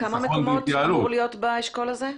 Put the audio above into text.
כמה מקומות אמורים להיות באשכול הזה?